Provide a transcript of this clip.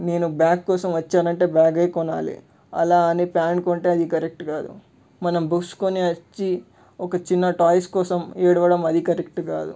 నేను బ్యాగ్ కోసం వచ్చానంటే బ్యాగ్ ఏ కొనాలి అలా అని ప్యాంట్ కొంటే అది కరెక్ట్ కాదు మనం బుక్స్ కొని వచ్చి ఒక చిన్న టాయ్స్ కోసం ఏడవడం అది కరెక్ట్ కాదు